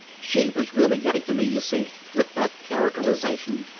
she was really getting to me, you see, with that characterization.